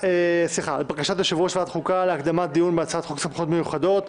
התקבלו שתי בקשות לרביזיה של חבר הכנסת טופורובסקי.